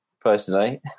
personally